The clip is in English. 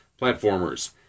platformers